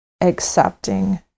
accepting